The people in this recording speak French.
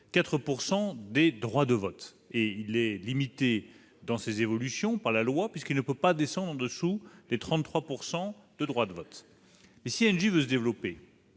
% des droits de vote, est limité dans ses évolutions par la loi puisqu'il ne peut pas descendre en deçà des 33 % de droits de vote. Si Engie veut se développer,